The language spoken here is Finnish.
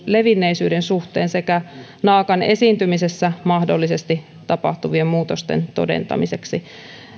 levinneisyyden suhteen sekä naakan esiintymisessä mahdollisesti tapahtuvien muutosten todentamiseksi